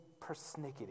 persnickety